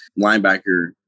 linebacker